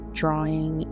drawing